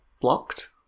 blocked